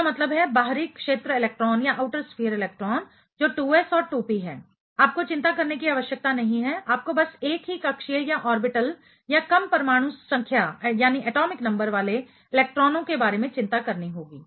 इसका मतलब है बाहरी क्षेत्र इलेक्ट्रॉन जो 2s और 2p है आपको चिंता करने की आवश्यकता नहीं है आपको बस एक ही कक्षीय ऑर्बिटल या कम परमाणु संख्या एटॉमिक नंबर वाले इलेक्ट्रॉनों के बारे में चिंता करनी होगी